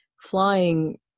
flying